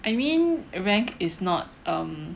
I mean rank is not uhm